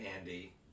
Andy